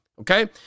okay